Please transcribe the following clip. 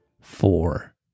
four